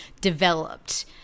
developed